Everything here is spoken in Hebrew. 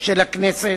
של הכנסת.